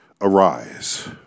arise